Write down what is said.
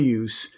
use